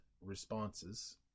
responses